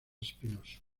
espinoso